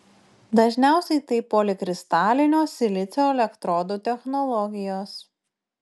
dažniausiai tai polikristalinio silicio elektrodų technologijos